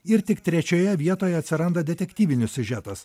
ir tik trečioje vietoje atsiranda detektyvinis siužetas